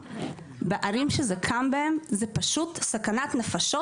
בערים שזה קם בהן זו פשוט סכנת נפשות,